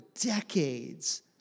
decades